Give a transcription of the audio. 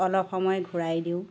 অলপ সময় ঘূৰাই দিওঁ